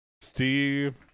Steve